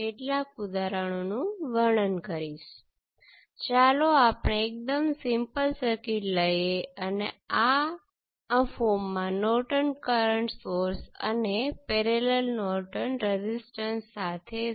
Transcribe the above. તેથી આ મેં લીધેલ સર્કિટ છે અને મારી પાસે માપન 2 કિલો Ωs × I1 છે જ્યારે પોર્ટ 2 પરનું વોલ્ટેજ I1 × આ રેઝિસ્ટર 1 કિલો Ω છે